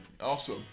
Awesome